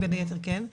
בין היתר כן,